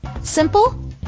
simple